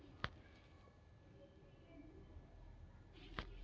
ಸಾಲ ತೊಗೋಬೇಕಂದ್ರ ಏನೇನ್ ಕಾಗದಪತ್ರ ಕೊಡಬೇಕ್ರಿ?